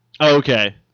Okay